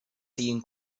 siguen